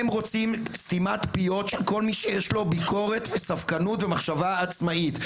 הם רוצים סתימת פיות של כל מי שיש לו ביקורת וספקנות ומחשבה עצמאית.